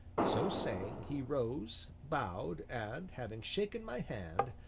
so saying, he rose, bowed, and having shaken my hand,